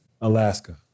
Alaska